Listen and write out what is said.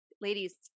ladies